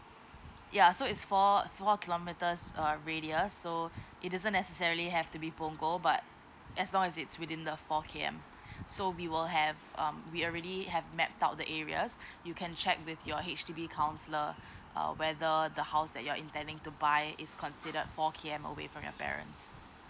ya so it's four four kilometers uh radius so it doesn't necessarily have to be punggol but as long as it's within the four K_M so we will have um we already have mapped out the areas you can check with your H_D_B counsellor uh whether the house that you're intending to buy is considered four K_M away from your parents